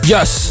Yes